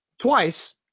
twice